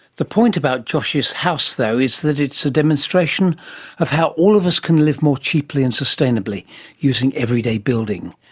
the point about josh's house though is that it's a demonstration of how all of us can live more cheaply and sustainably using everyday building.